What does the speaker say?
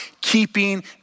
keeping